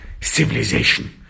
civilization